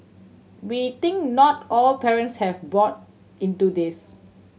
we think not all parents have bought into this